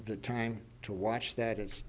the time to watch that it's